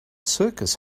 circus